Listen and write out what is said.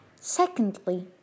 Secondly